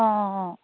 অ অ